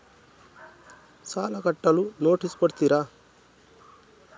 ಸಾಲ ಕಟ್ಟಲು ನೋಟಿಸ್ ಕೊಡುತ್ತೀರ?